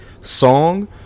song